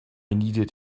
needed